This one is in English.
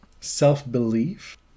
self-belief